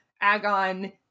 Agon